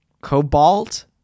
Cobalt